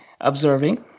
observing